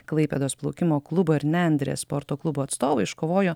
klaipėdos plaukimo klubo ir nendrės sporto klubo atstovai iškovojo